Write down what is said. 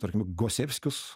tarkim gosevskius